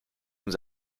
nous